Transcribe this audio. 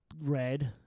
red